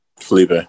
Felipe